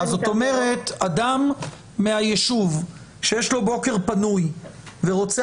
זאת אומרת אם מן היישוב שיש לו בוקר פנוי ורוצה